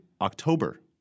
October